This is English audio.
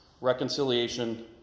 reconciliation